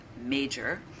Major